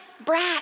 brat